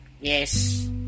yes